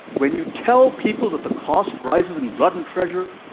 when you tell people that the cost rises in blood and treasure,